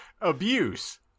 Abuse